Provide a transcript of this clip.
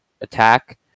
attack